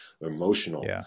emotional